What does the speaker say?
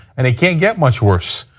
and can't get much worse.